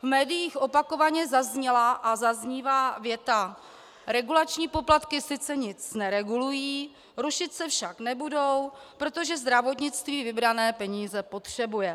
V médiích opakovaně zazněla a zaznívá věta: regulační poplatky sice nic neregulují, rušit se však nebudou, protože zdravotnictví vybrané peníze potřebuje.